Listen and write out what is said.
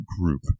group